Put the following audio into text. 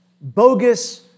bogus